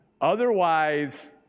Otherwise